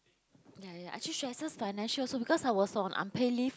ya ya actually stresses financial also because I was on unpay leave